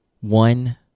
one